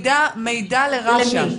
מידע לרש"א.